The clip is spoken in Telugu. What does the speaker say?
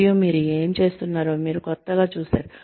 మరియు మీరు ఏమి చేస్తున్నారో మీరు క్రొత్తగా చూసారు